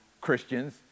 Christians